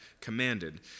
commanded